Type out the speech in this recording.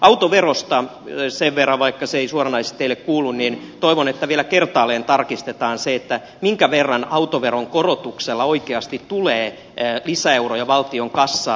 autoverosta sen verran vaikka se ei suoranaisesti teille kuulu että toivon että vielä kertaalleen tarkistetaan se minkä verran autoveron korotuksella oikeasti tulee lisäeuroja valtion kassaan